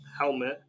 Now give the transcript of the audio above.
helmet